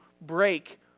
break